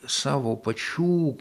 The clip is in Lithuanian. savo pačių